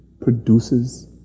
produces